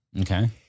Okay